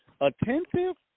attentive